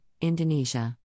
Indonesia